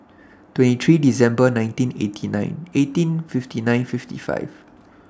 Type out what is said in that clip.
twenty three December nineteen eighty nine eighteen fifty nine fifty five